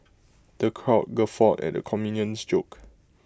the crowd guffawed at the comedian's jokes